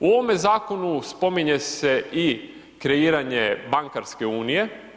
U ovome zakonu spominje se i kreiranje bankarske unije.